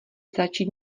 začít